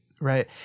Right